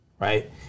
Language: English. right